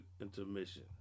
intermission